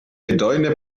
bedeutende